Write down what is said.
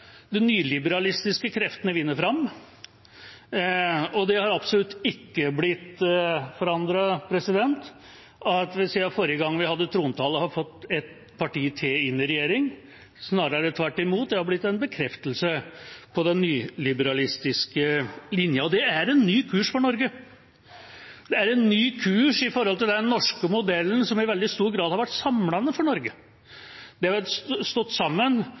Den gir en ganske god beskrivelse av hvordan de nyliberalistiske kreftene vinner fram, og det har absolutt ikke blitt forandret av at vi siden forrige gang vi hadde trontale, har fått et parti til inn i regjering. Snarere tvert imot – det har blitt en bekreftelse på den nyliberalistiske linja. Det er en ny kurs for Norge. Det er en ny kurs i forhold til den norske modellen, som i veldig stor grad har vært samlende for Norge, der en har stått sammen